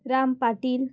Ram Patil